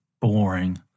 boring